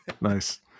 Nice